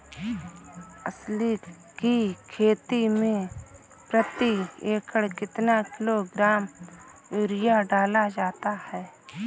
अलसी की खेती में प्रति एकड़ कितना किलोग्राम यूरिया डाला जाता है?